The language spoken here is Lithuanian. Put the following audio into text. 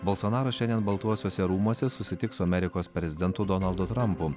bolsonaras šiandien baltuosiuose rūmuose susitiks su amerikos prezidentu donaldu trampu